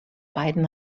beiden